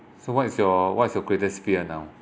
so what's your what's your greatest fear now